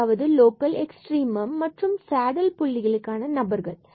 அதாவது local extreme மற்றும் saddle புள்ளிகளுக்கான நபர்கள் ஆகும்